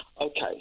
Okay